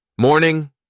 Morning